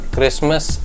Christmas